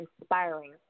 inspiring